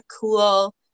cool